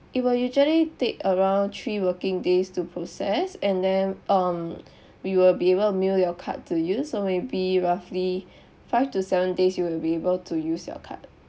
it will usually take around three working days to process and then um we will be able to mail your card to you so maybe roughly five to seven days you will be able to use your card